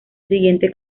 siguiente